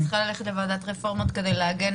אני צריכה ללכת לוועדת רפורמות כדי להגן